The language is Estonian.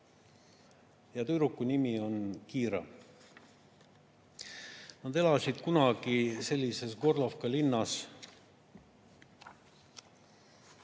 ja tüdruku nimi on Kira. Nad elasid kunagi Gorlovka linnas.